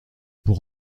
pour